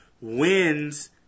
Wins